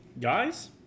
guys